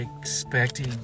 expecting